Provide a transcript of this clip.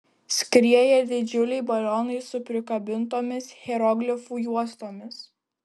skrieja didžiuliai balionai su prikabintomis hieroglifų juostomis